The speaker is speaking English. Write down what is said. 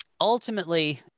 ultimately